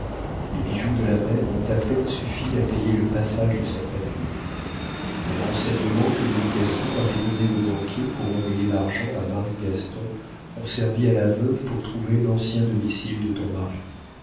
les bijoux de la mère ont à peine suffi à payer le passage de sa famille les renseignements que louis gaston avait donnés au banquier pour envoyer l'argent à marie gaston ont servi à la veuve pour trouver l'ancien domicile de ton mari